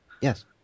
Yes